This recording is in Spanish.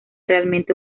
realmente